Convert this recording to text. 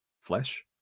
Flesh